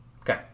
Okay